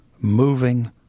moving